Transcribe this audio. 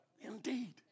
indeed